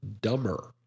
dumber